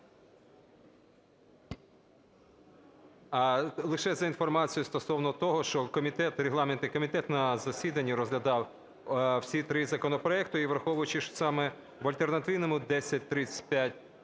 Лише за інформацією стосовно того, що комітет, регламентний комітет на засіданні розглядав всі три законопроекти, і, враховуючи, що саме в альтернативному (1035